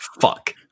fuck